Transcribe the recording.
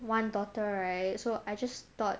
one daughter right so I just thought